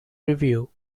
review